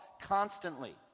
constantly